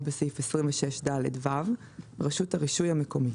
בסעיף 26ד(ו) רשות הרישוי המקומית,